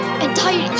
entire